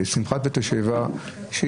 שמחת בית השואבה אותנטית ומיוחדת.